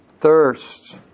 thirst